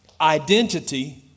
Identity